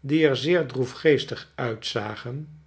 die er zee droefgeestig uitzagen